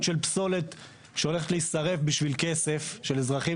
של פסולת שהולכת להישרף בשביל כסף של אזרחים,